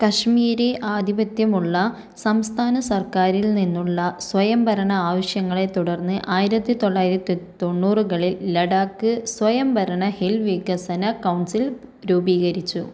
കശ്മീരി ആധിപത്യമുള്ള സംസ്ഥാന സർക്കാരിൽ നിന്നുള്ള സ്വയംഭരണ ആവശ്യങ്ങളെ തുടർന്ന് ആയിരത്തി തൊള്ളായിരത്തി തൊണ്ണൂറുകളിൽ ലഡാക്ക് സ്വയംഭരണ ഹിൽ വികസന കൗൺസിൽ രൂപീകരിച്ചു